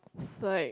it's like